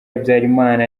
habyalimana